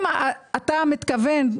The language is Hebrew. אם אתה מתכוון,